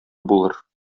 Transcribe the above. булыр